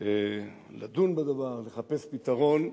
לדון בדבר, לחפש פתרון,